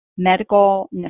Medical